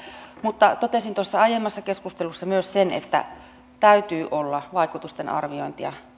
mutta totesin tuossa aiemmassa keskustelussa myös sen että täytyy olla vaikutusten arviointia